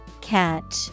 Catch